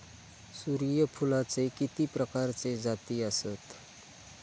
सूर्यफूलाचे किती प्रकारचे जाती आसत?